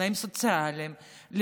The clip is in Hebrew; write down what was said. לתנאים הסוציאליים,